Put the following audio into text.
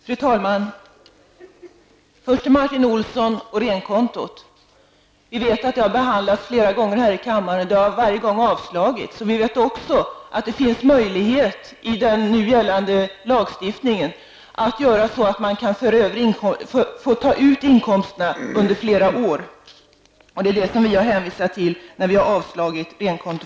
Fru talman! Först till Martin Olsson om renkonto. Vi vet att frågan har behandlats flera gånger här i kammaren. Förslaget har varje gång avslagits. Vi vet också att det enligt den nu gällande lagstiftningen är möjligt att ta har inkomsterna under flera år. Det är detta vi har hänvisat till när vi har avstyrkt förslaget om renkonto.